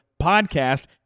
podcast